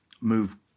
move